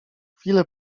chwile